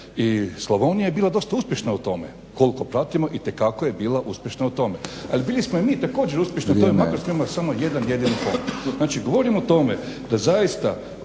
I Slavonija je bila dosta uspješna u tome koliko pratimo itekako je bila uspješna u tome. Ali bili smo i mi također uspješni, a to ja makar smo mi imali samo jedan jedini fond. Znači govorim o tome da zaista